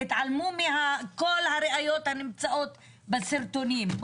והתעלמו מכל הראיות הנמצאות בסרטונים.